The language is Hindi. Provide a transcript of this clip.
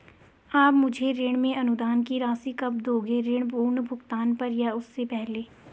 आप मुझे ऋण में अनुदान की राशि कब दोगे ऋण पूर्ण भुगतान पर या उससे पहले?